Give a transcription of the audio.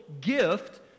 gift